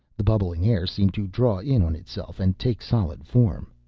the bubbling air seemed to draw in on itself and take solid form.